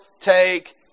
take